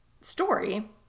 story